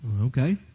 Okay